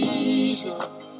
Jesus